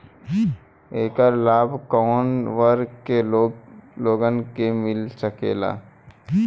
ऐकर लाभ काउने वर्ग के लोगन के मिल सकेला?